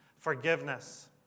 forgiveness